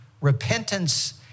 Repentance